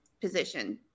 position